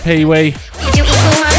Pee-Wee